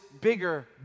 bigger